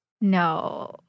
No